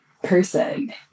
person